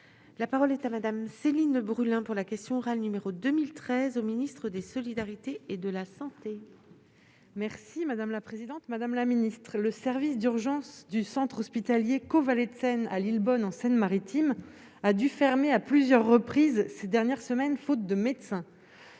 La parole est à madame Céline Brulin pour la question orale, numéro 2013 au ministre des solidarités et de la santé. Merci madame la présidente, madame la ministre, le service d'urgences du centre hospitalier Caux Vallée de Seine à Lillebonne en Seine-Maritime, a dû fermer à plusieurs reprises ces dernières semaines, faute de médecins